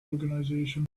organization